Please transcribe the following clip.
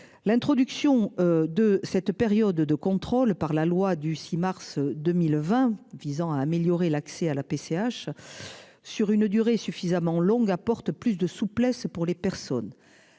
L'introduction de cette période de contrôle par la loi du 6 mars 2020, visant à améliorer l'accès à la PCH. Sur une durée suffisamment longue apporte plus de souplesse pour les personnes.